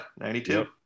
92